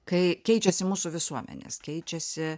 kai keičiasi mūsų visuomenės keičiasi